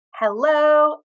Hello